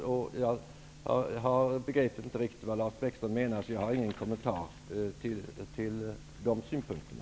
Jag begrep som sagt inte riktigt vad Lars Bäckström menade, så jag har ingen kommentar till hans synpunkter där.